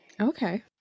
Okay